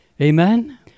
Amen